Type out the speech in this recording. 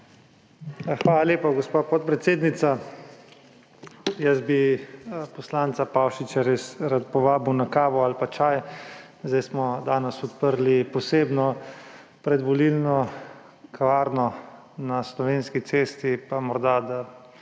Hvala lepa, gospa podpredsednica. Poslanca Pavšiča bi res rad povabil na kavo ali čaj. Danes smo odprli posebno predvolilno kavarno na Slovenski cesti pa morda, da